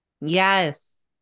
Yes